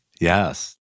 Yes